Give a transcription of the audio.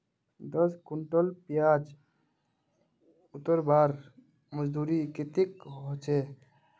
दस कुंटल प्याज उतरवार मजदूरी कतेक होचए?